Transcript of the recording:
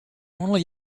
only